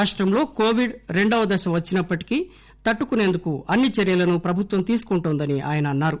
రాష్టంలో కోవిడ్ రెండవ దశ వచ్చినప్పటికీ తట్టుకుసేందుకు అన్ని చర్యలను ప్రభుత్వం తీసుకుంటుందని ఆయన అన్నారు